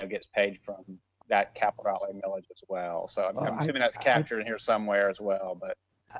so gets paid from that capital outlay millage as well. so i'm assuming that's captured in here somewhere as well, but